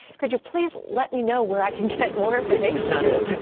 can you please let me know where i can get more information on this?